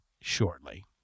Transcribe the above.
shortly